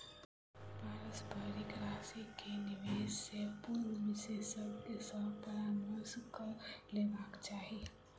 पारस्परिक राशि के निवेश से पूर्व विशेषज्ञ सॅ परामर्श कअ लेबाक चाही